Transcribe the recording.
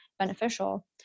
beneficial